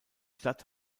stadt